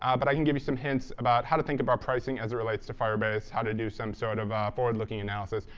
but i can give you some hints about how to think about pricing as it relates to firebase, how to do some sort of forward-looking analysis.